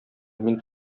мин